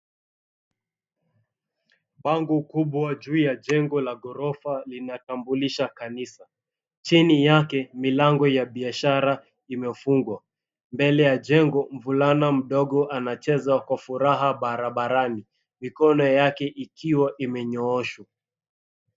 Bango kubwa juu ya jengo la ghorofa linatambulisha kanisa. Chini yake milango ya biashara imefungwa. Mbele ya jengo, mvulana mdogo anacheza kwa furaha barabarani, mikono yake ikiwa imenyooshwa.